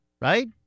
Right